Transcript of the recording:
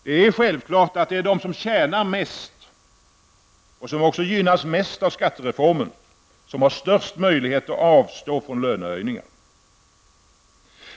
Det är självfallet de som tjänar mest och som också gynnas mest av skattereformen som har de största möjligheterna att avstå från lönehöjningar.